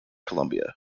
columbia